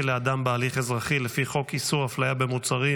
לאדם בהליך אזרחי לפי חוק איסור הפליה במוצרים,